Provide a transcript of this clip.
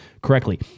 correctly